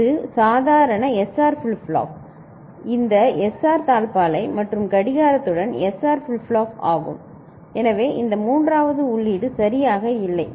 இது சாதாரண SR flip flop இந்த SR தாழ்ப்பாளை மற்றும் கடிகாரத்துடன் SR ஃபிளிப் ஃப்ளாப் ஆகும் எனவே இந்த மூன்றாவது உள்ளீடு சரியாக இல்லை